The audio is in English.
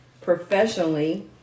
professionally